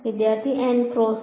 വിദ്യാർത്ഥി N cross N